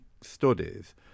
studies